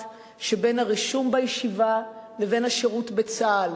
שבין הרישום בישיבה לבין השירות בצה"ל.